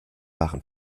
waren